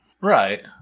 Right